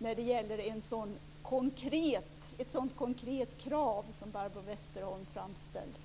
eftersom det är ett så konkret krav som Barbro Westerholm framställer.